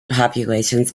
populations